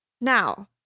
Now